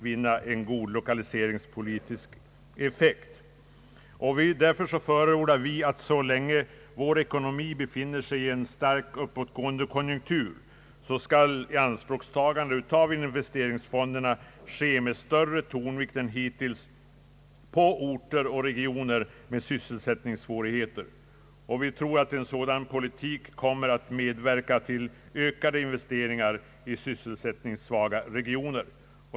Vi förordar att så länge vår ekonomi befinner sig i en starkt uppåtgående konjunktur skall ianspråktagande av investeringsfonderna ske med större tonvikt än hittills på orter och regioner med sysselsättningssvårigheter. Vi förmenar att en sådan politik kommer att medverka till ökade investeringar i sysselsättningssvaga regioner.